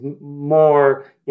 more